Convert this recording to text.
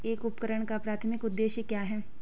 एक उपकरण का प्राथमिक उद्देश्य क्या है?